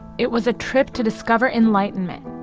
it was a trip to discover enlightenment.